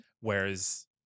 Whereas